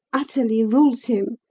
athalie rules him,